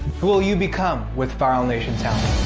who will you become with viral nation talent?